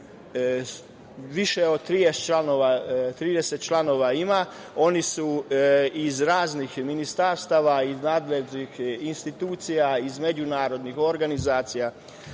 više od 30 članova ima, iz raznih ministarstava i nadležnih institucija, iz međunarodnih organizacija,